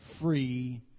free